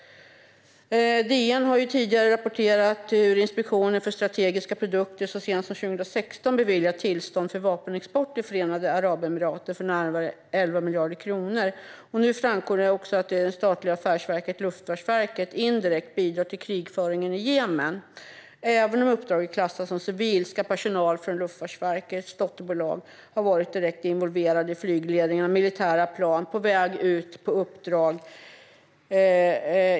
DN har tidigare rapporterat om hur Inspektionen för strategiska produkter så sent som 2016 beviljade tillstånd för vapenexport till Förenade Arabemiraten för närmare 11 miljarder kronor. Nu framkommer det också att det statliga affärsverket Luftfartsverket indirekt bidrar till krigföringen i Jemen. Även om uppdraget klassas som civilt ska personal från Luftfartsverkets dotterbolag ha varit direkt involverad i flygledningen av militära plan på väg ut på uppdrag.